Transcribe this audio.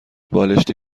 بالشتی